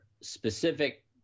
specific